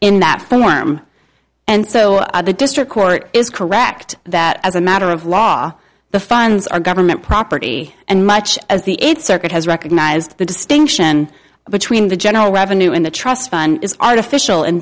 in that form and so on the district court is correct that as a matter of law the funds are government property and much as the eight circuit has recognized the distinction between the general revenue and the trust fund is artificial in